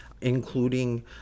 including